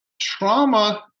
trauma